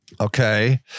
Okay